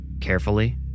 Carefully